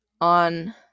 on